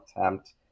attempt